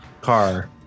car